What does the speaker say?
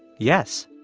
yes.